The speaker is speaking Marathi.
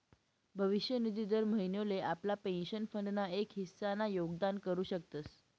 भविष्य निधी दर महिनोले आपला पेंशन फंड ना एक हिस्सा ना योगदान करू शकतस